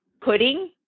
pudding